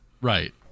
Right